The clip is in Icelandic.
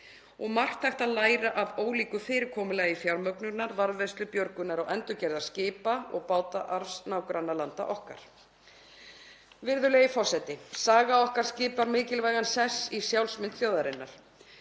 og margt hægt að læra af ólíku fyrirkomulagi fjármögnunar varðveislu, björgunar og endurgerðar skipa- og bátaarfs nágrannalanda okkar. Virðulegi forseti. Saga okkar skipar mikilvægan sess í sjálfsmynd þjóðarinnar.